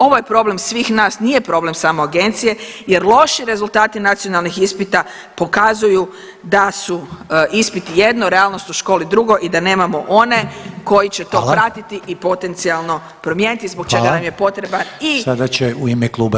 Ovo je problem svih nas, nije problem samo agencije jer loši rezultati nacionalnih ispita pokazuju da su ispiti jedno, realnost u školi drugo i da nemamo one koji će to pratiti i potencijalno promijeniti zbog čega nam je potrebna i suradnja unutar institucija.